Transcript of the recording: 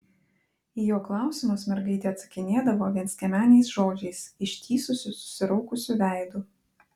į jo klausimus mergaitė atsakinėdavo vienskiemeniais žodžiais ištįsusiu susiraukusiu veidu